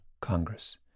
Congress